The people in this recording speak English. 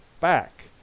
back